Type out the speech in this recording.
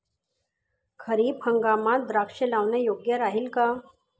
खरीप हंगामात द्राक्षे लावणे योग्य राहिल का?